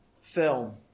film